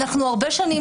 אנחנו הרבה שנים